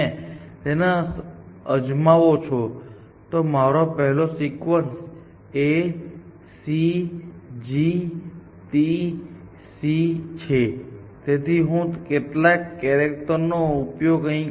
તેથી જો તમે તેને અજમાવો છો તો મારો પહેલો sequence A C G T C છે તેથી હું તેના કેટલાક કેરેક્ટર નો અહીં ઉપયોગ કરીશ